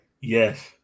Yes